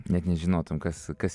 net nežinotum kas kas